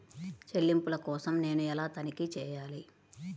చెల్లింపుల కోసం నేను ఎలా తనిఖీ చేయాలి?